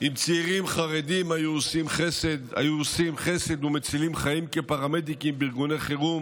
אם צעירים חרדים היו עושים חסד ומצילים חיים כפרמדיקים בארגוני חירום,